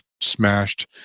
smashed